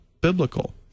Biblical